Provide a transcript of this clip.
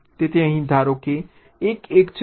તેથી અહીં ધારો કે તે 1 1 છે